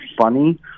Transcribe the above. funny